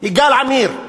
יגאל עמיר.